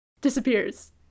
disappears